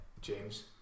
James